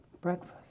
breakfast